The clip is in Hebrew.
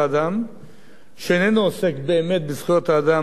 שאינו עוסק באמת בזכויות האדם בפרופורציה נכונה,